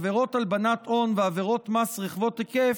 עבירות הלבנת הון ועבירות מס רחבות היקף,